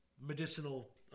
medicinal